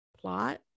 plot